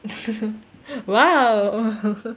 !wow!